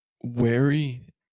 wary